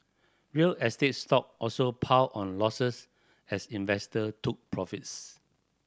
real estate stock also piled on losses as investor took profits